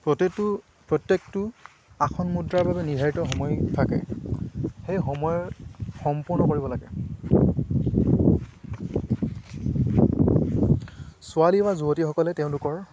প্ৰতিটো প্ৰত্যেকটো আসন মুদ্ৰাৰ বাবে নিৰ্ধাৰিত সময় থাকে সেই সময়ৰ সম্পূৰ্ণ কৰিব লাগে ছোৱালী বা যুৱতীসকলে তেওঁলোকৰ